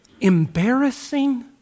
embarrassing